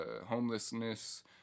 homelessness